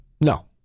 No